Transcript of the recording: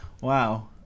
wow